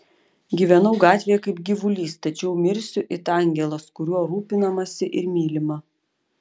gyvenau gatvėje kaip gyvulys tačiau mirsiu it angelas kuriuo rūpinamasi ir mylima